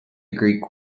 greek